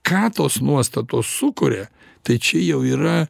ką tos nuostatos sukuria tai čia jau yra